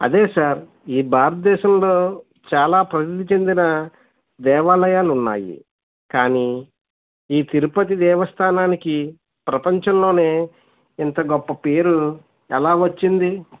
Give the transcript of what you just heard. అదే సార్ ఈ భారత దేశంలో చాలా ప్రసిద్ది చెందిన దేవాలయాలున్నాయి కానీ ఈ తిరుపతి దేవస్థానానికి ప్రపంచంలోనే ఇంత గొప్ప పేరు ఎలా వచ్చింది